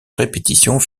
répétitions